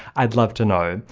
i'd love to know!